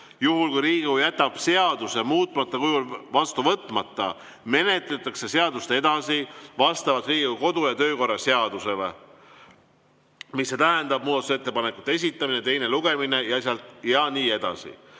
juhul kui Riigikogu jätab seaduse muutmata kujul vastu võtmata, menetletakse seadust edasi vastavalt Riigikogu kodu- ja töökorra seadusele. Mis see tähendab? Muudatusettepanekute esitamine, teine lugemine ja nii edasi.